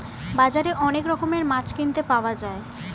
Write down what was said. বাজারে অনেক রকমের মাছ কিনতে পাওয়া যায়